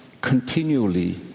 continually